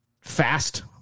Fast